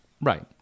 Right